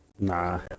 Nah